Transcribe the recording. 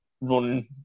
run